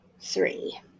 three